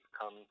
come